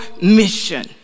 mission